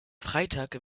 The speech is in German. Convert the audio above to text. freitag